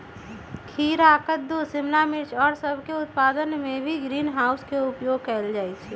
खीरा कद्दू शिमला मिर्च और सब के उत्पादन में भी ग्रीन हाउस के उपयोग कइल जाहई